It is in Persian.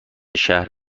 شهر